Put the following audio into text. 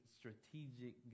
strategic